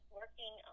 working